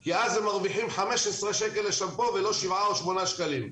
כי אז הם מרוויחים 15 שקלים לשמפו ולא 7 או 8 שקלים.